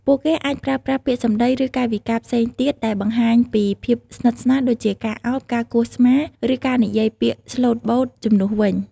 ពួកគេអាចប្រើប្រាស់ពាក្យសម្ដី ឬកាយវិការផ្សេងទៀតដែលបង្ហាញពីភាពស្និទ្ធស្នាល ដូចជាការឱប ការគោះស្មា ឬការនិយាយពាក្យស្លូតបូតជំនួសវិញ។